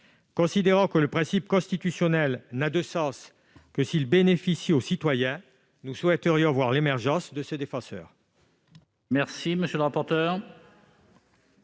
Considérant qu'un principe constitutionnel n'a de sens que s'il bénéficie aux citoyens, nous souhaiterions voir l'émergence de ce Défenseur.